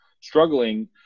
struggling